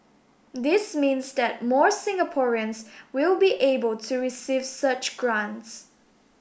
this means that more Singaporeans will be able to receive such grants